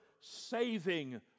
saving